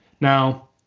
Now